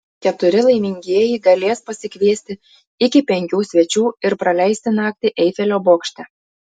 keturi laimingieji galės pasikviesti iki penkių svečių ir praleisti naktį eifelio bokšte